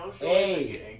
Hey